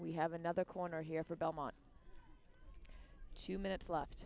we have another corner here for belmont two minutes left